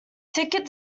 ticket